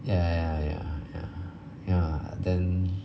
ya ya ya ya ya then